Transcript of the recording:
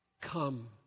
Come